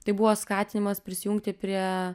tai buvo skatinimas prisijungti prie